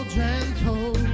gentle